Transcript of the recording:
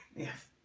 yes.